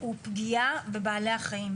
הוא פגיעה בבעלי חיים,